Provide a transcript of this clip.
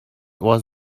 was